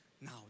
Now